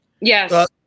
Yes